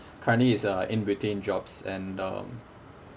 currently he's uh in between jobs and um